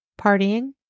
Partying